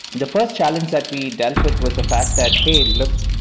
the first challenge that we dealt with was the fact that, hey, look.